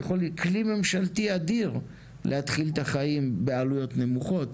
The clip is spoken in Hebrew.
זה כלי ממשלתי אדיר להתחיל את החיים בעלויות נמוכות.